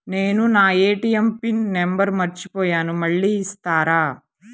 నేను నా ATM pin number మర్చిపోయాను మళ్ళీ ఇస్తారా?